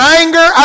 anger